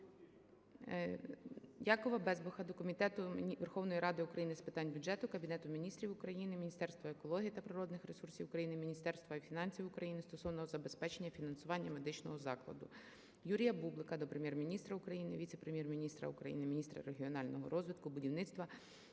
Якова Безбаха до Комітету Верховної Ради України з питань бюджету, Кабінету Міністрів України, Міністерства екології та природних ресурсів України, Міністерства фінансів України стосовно забезпечення фінансування медичного закладу. Юрія Бублика до Прем'єр-міністра України, віце-прем’єр-міністра України - міністра регіонального розвитку, будівництва